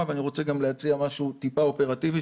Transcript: ואני רוצה גם להציע משהו טיפה אופרטיבי,